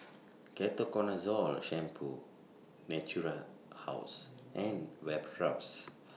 Ketoconazole Shampoo Natura House and Vapodrops